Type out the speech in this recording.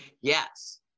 Yes